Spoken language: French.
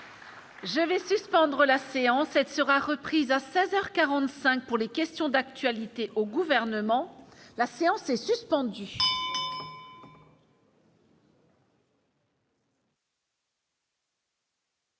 Je vais suspendre la séance, elle sera reprise à 16 heures 45 pour les questions d'actualité au gouvernement, la séance est suspendue.